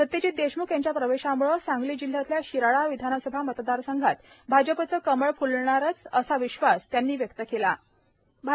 सत्यजीत देशम्ख यांच्या प्रवेशम्ळे सांगली जिल्ह्यातल्या शिराळा विधानसभा मतदारसंघात भाजपचं कमळ फ्लणारच असा विश्वास यांनी व्यक्त केला आहे